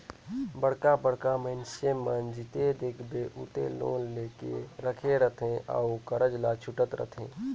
बड़का बड़का मइनसे मन जिते देखबे उते लोन लेके राखे रहथे अउ करजा ल छूटत रहथे